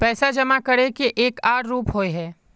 पैसा जमा करे के एक आर रूप होय है?